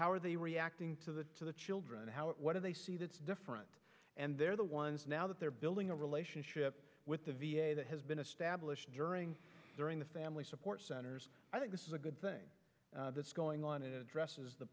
how are they reacting to the to the children how it what they see that's different and they're the ones now that they're building a relationship with the v a that has been established during during the family support centers i think this is a good thing that's going on it addresses the